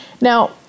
Now